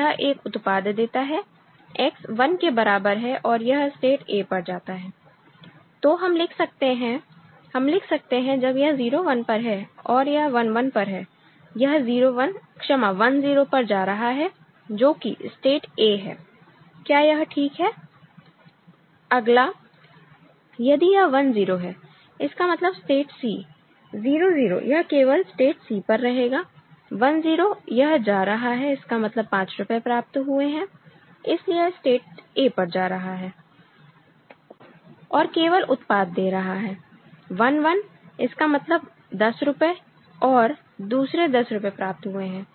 यह एक उत्पाद देता है X 1 के बराबर है और यह स्टेट a पर जाता है तो हम लिख सकते हैं हम लिख सकते हैं जब यह 0 1 पर है और यह 1 1 पर है यह 0 1 क्षमा 1 0 पर जा रहा है जो कि स्टेट a है क्या यह ठीक है अगला यदि यह 1 0 है इसका मतलब स्टेट c 0 0 यह केवल स्टेट c पर रहेगा 1 0 यह जा रहा है इसका मतलब 5 रुपए प्राप्त हुए हैं इसलिए यह स्टेट a पर जा रहा है और केवल उत्पाद दे रहा है 1 1 इसका मतलब 10 रुपए और दूसरे 10 रुपए प्राप्त हुए हैं